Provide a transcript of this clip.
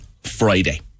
Friday